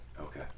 Okay